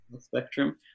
spectrum